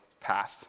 path